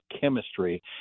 chemistry